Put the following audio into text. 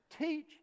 teach